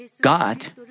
God